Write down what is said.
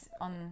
on